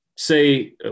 Say